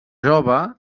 jove